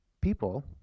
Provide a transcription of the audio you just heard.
People